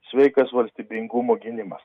sveikas valstybingumo gynimas